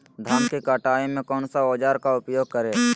धान की कटाई में कौन सा औजार का उपयोग करे?